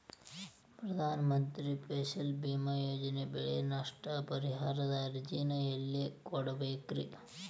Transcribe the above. ಪ್ರಧಾನ ಮಂತ್ರಿ ಫಸಲ್ ಭೇಮಾ ಯೋಜನೆ ಬೆಳೆ ನಷ್ಟ ಪರಿಹಾರದ ಅರ್ಜಿನ ಎಲ್ಲೆ ಕೊಡ್ಬೇಕ್ರಿ?